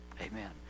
Amen